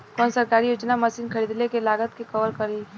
कौन सरकारी योजना मशीन खरीदले के लागत के कवर करीं?